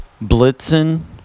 Blitzen